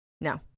no